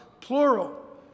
Plural